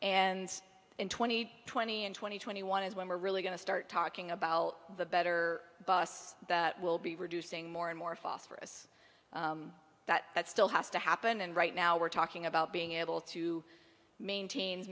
and in twenty twenty and twenty twenty one is when we're really going to start talking about the better bus that will be reducing more and more phosphorous that still has to happen and right now we're talking about being able to maintain